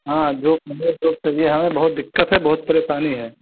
हाँ जॉब मुझे जॉब चाहिए हमें बहुत दिक्कत है बहुत परेशानी है